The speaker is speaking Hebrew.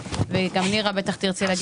וגם נירה בטח תרצה להגיד משהו.